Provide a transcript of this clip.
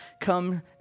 Come